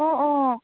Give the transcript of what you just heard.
অঁ অঁ